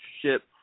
ship